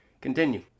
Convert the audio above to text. Continue